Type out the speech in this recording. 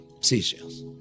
seashells